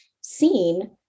seen